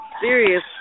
serious